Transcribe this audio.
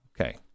Okay